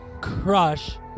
Crush